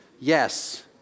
yes